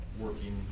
working